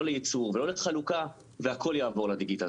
לא לייצור ולא לחלוקה והכול יעבור לדיגיטל.